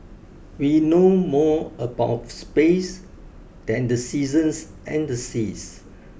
we know more about space than the seasons and the seas